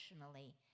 emotionally